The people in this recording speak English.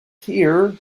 here